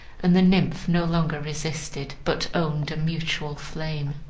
and the nymph no longer resisted, but owned a mutual flame.